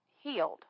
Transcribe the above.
healed